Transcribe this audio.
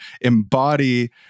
embody